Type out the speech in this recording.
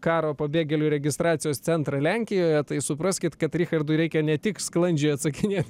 karo pabėgėlių registracijos centrą lenkijoje tai supraskit kad richardui reikia ne tik sklandžiai atsakinėt